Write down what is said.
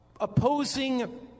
Opposing